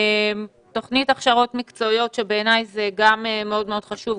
תוכנית הכשרות מקצועיות שבעיניי זה מאוד מאוד חשוב,